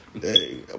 Hey